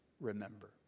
remember